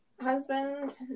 husband